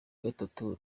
gatatu